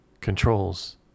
controls